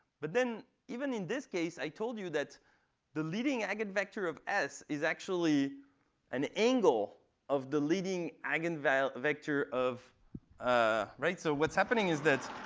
but then even in this case, i told you that the leading eigenvector of s is actually an angle of the leading eigenvector eigenvector of ah so what's happening is that